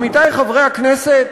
עמיתי חברי הכנסת,